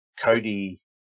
Cody